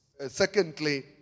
Secondly